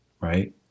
right